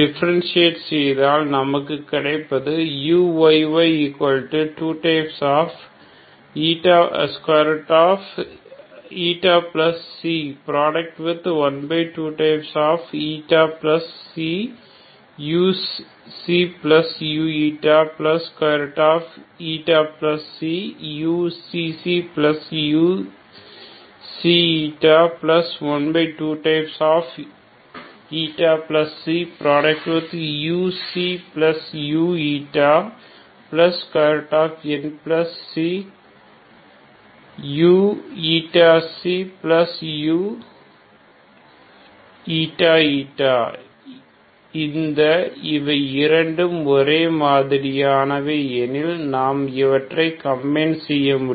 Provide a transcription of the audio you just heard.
differentiate செய்தால் நமக்கு கிடைப்பது uyy212uuuξξuξη12uuuηξuηη இந்த இவை இரண்டும் ஒரே மாதிரியானவை எனில் நாம் இவற்றை கம்பைன் செய்ய முடியும்